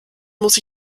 muss